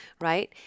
right